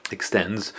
Extends